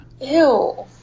ew